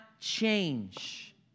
change